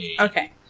Okay